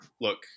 look